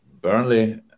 Burnley